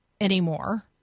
anymore